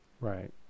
Right